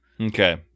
Okay